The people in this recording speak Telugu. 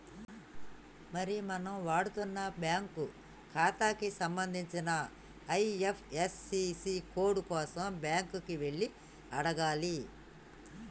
మరి మనం వాడుతున్న బ్యాంకు ఖాతాకి సంబంధించిన ఐ.ఎఫ్.యస్.సి కోడ్ కోసం బ్యాంకు కి వెళ్లి అడగాలి